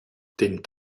den